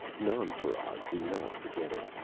nonparas, do not forget it!